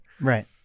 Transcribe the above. Right